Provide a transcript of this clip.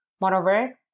Moreover